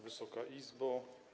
Wysoka Izbo!